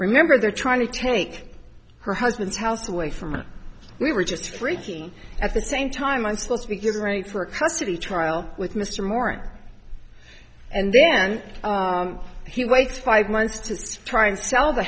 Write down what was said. remember they're trying to take her husband's house away from him we were just freaking at the same time i'm supposed to be getting ready for custody trial with mr morris and then he waits five months to try and sell the